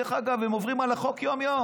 דרך אגב, הם עוברים על החוק יום-יום.